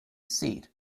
seat